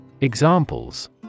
Examples